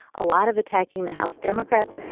a lot of attacking the house democrats,